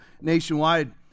nationwide